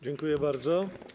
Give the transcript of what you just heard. Dziękuję bardzo.